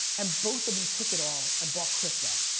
and both of them took it all and bought crypto.